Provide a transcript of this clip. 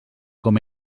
com